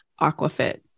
Aquafit